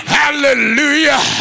hallelujah